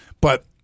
but-